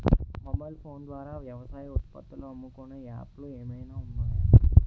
Mobile phone ద్వారా వ్యవసాయ ఉత్పత్తులు అమ్ముకునే యాప్ లు ఏమైనా ఉన్నాయా?